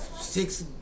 six